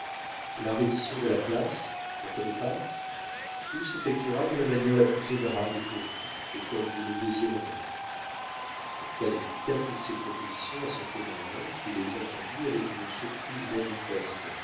la reddition de la place notre départ tout s'effectuera de la manière la plus honorable pour vous et comme vous le désirerez duncan expliqua toutes ces propositions à son commandant qui les entendit avec une surprise manifeste